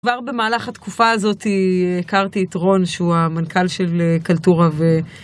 כבר במהלך התקופה הזאתי הכרתי את רון שהוא המנכ״ל של קלטורה ו...